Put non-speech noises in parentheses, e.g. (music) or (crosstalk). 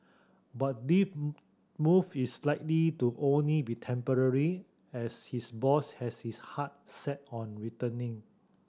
but deep (unintelligible) move is likely to only be temporary as his boss has his heart set on returning